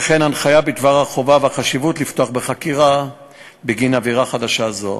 וכן הנחיה בדבר החובה והחשיבות בפתיחה בחקירה בגין עבירה חדשה זו